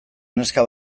neska